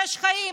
יש חיים.